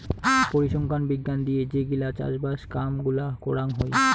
পরিসংখ্যান বিজ্ঞান দিয়ে যে গিলা চাষবাস কাম গুলা করাং হই